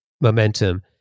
momentum